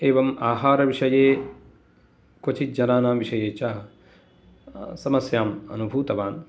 एवम् आहारविषये क्वचित् जनानां विषये च समस्याम् अनुभूतवान्